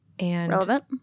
Relevant